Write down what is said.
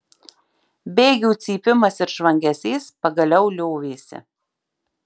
bėgių cypimas ir žvangesys pagaliau liovėsi